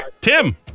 Tim